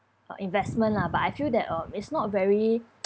ah investment lah but I feel that uh is not very